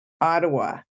Ottawa